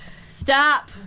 Stop